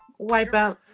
Wipeout